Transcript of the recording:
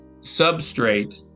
substrate